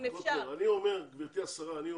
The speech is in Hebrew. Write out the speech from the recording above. אם אפשר --- אני בדעה קצת שונה.